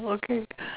okay